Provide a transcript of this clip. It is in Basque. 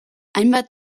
hainbat